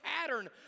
pattern